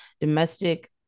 Domestic